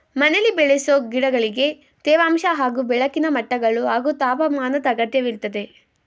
ಮನೆಲಿ ಬೆಳೆಸೊ ಗಿಡಗಳಿಗೆ ತೇವಾಂಶ ಹಾಗೂ ಬೆಳಕಿನ ಮಟ್ಟಗಳು ಹಾಗೂ ತಾಪಮಾನದ್ ಅಗತ್ಯವಿರ್ತದೆ